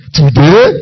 today